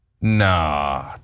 Nah